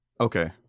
Okay